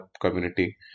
community